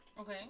Okay